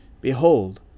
Behold